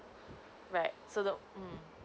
right so the mm